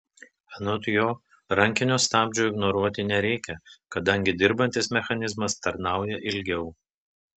anot jo rankinio stabdžio ignoruoti nereikia kadangi dirbantis mechanizmas tarnauja ilgiau